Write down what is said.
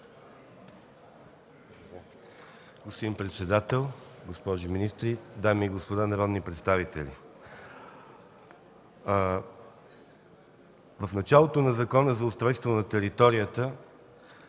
Господин председател, госпожи министри, дами и господа народни представители! В началото на Закона за устройство на територията